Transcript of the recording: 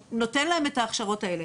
נותן להם את ההכשרות האלה,